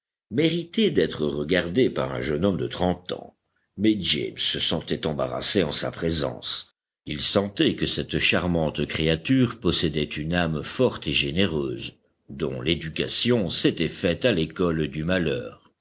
méritait d'être regardée par un jeune homme de trente ans mais james se sentait embarrassé en sa présence il sentait que cette charmante créature possédait une âme forte et généreuse dont l'éducation s'était faite à l'école du malheur